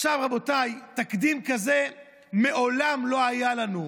רבותיי, תקדים כזה מעולם לא היה לנו.